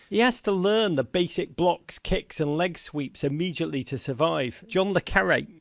he has to learn the basic blocks, kicks and leg sweeps immediately to survive. john le caree,